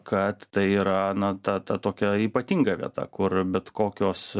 kad tai yra na ta ta tokia ypatinga vieta kur bet kokios